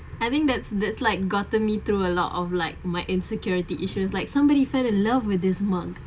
I think that's that's like gotten me through a lot of like my insecurity issues like somebody fell in love with this monk